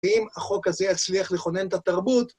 אם החוק הזה יצליח לכונן את התרבות